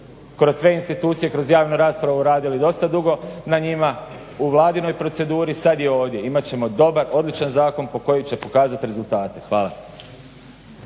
Kroz sve institucije, kroz javne rasprave uradili dosta dugo na njima, u Vladinoj proceduri sad je ovdje. Imat ćemo dobar, odličan zakon koji će pokazati rezultate. Hvala.